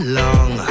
long